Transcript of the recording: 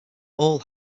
all